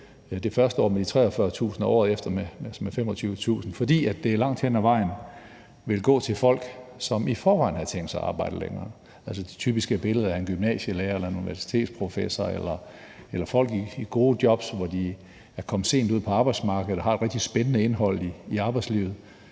det første år med 43.000 kr. og året efter med 25.000 kr. – fordi det langt hen ad vejen ville gå til folk, som i forvejen havde tænkt sig at arbejde længere. Det typiske billede er en gymnasielærer eller en universitetsprofessor eller folk i gode jobs, hvor de er kommet sent ud på arbejdsmarkedet og har et rigtig spændende indhold i arbejdslivet.